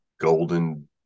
Golden